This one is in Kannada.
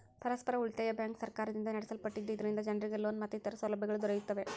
ಪರಸ್ಪರ ಉಳಿತಾಯ ಬ್ಯಾಂಕ್ ಸರ್ಕಾರದಿಂದ ನಡೆಸಲ್ಪಟ್ಟಿದ್ದು, ಇದರಿಂದ ಜನರಿಗೆ ಲೋನ್ ಮತ್ತಿತರ ಸೌಲಭ್ಯಗಳು ದೊರೆಯುತ್ತವೆ